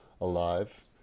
alive